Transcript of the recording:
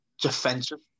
defensive